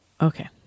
okay